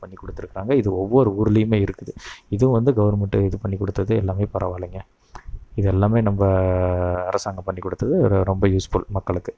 இது பண்ணி கொடுத்துருக்கிறாங்க இது ஒவ்வொரு ஊர்லையுமே இருக்குது இதுவும் வந்து கவர்மெண்ட்டு இதுபண்ணி கொடுத்தது எல்லாமே பரவாயில்லங்க இதெல்லாமே நம்ப அரசாங்கம் பண்ணிக்கொடுத்தது இது ரொம்ப யூஸ்ஃபுல் மக்களுக்கு